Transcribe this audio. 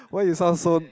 why you sound so